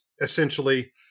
essentially